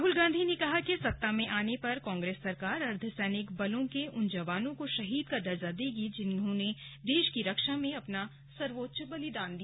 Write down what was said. राहुल गांधी ने कहा कि सत्ता में आने पर कांग्रेस सरकार अर्धसैनिक बलों के उन जवानों को शहीद का दर्जा देगी जिन्होंने देश की रक्षा में अपना सर्वोच्च बलिदान दिया